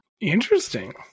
Interesting